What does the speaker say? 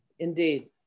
Indeed